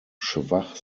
schwach